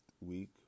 week